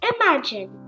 Imagine